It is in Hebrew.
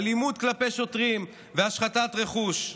אלימות כלפי שוטרים והשחתת רכוש?